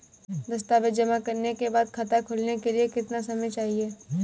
दस्तावेज़ जमा करने के बाद खाता खोलने के लिए कितना समय चाहिए?